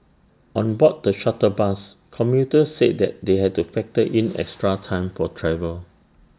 on board the shuttle bus commuters said that they had to factor in extra time for travel